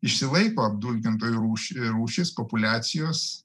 išsilaiko apdulkintojų rūšių rūšys populiacijos